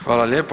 Hvala lijepo.